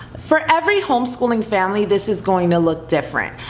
for every homeschooling family, this is going to look different.